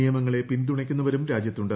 നിയമങ്ങളെ പിന്തുണയ്ക്കുന്നവരും രാജൃത്തുണ്ട്